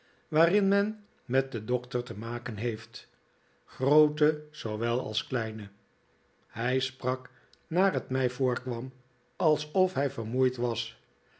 waarin men met den doctor te maken heeft groote zoowel als kleine hij sprak naar het mij voorkwam alsof hij vermoeid was